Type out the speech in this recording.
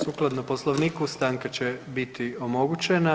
Sukladno Poslovnika stanka će biti omogućena.